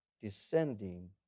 descending